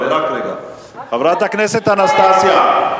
חברת הכנסת אנסטסיה.